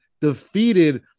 defeated